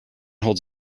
holds